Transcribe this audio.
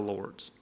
Lord's